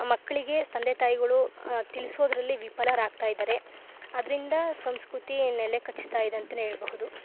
ಮಕ್ಳಿಗೆ ತಂದೆ ತಾಯಿಗುಳು ತಿಳಿಸೋದ್ರಲ್ಲಿ ವಿಪಲರಾಗ್ತಾಯಿದಾರೆ ಅದ್ರಿಂದ ಸಂಸ್ಕ್ರುತಿ ನೆಲೆ ಕಚ್ತಾಯಿದೆ ಅಂತಾನೆ ಹೇಳ್ಬಹುದು